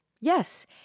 Yes